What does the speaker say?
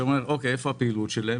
היו שואלים: איפה הפעילות שלהם?